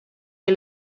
que